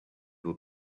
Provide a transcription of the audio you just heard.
will